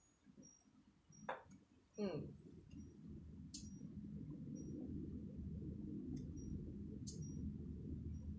mm